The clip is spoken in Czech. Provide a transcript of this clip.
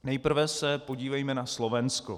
Nejprve se podívejme na Slovensko.